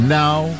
now